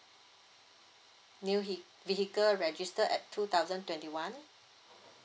new he~ vehicle register at two thousand twenty one